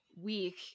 week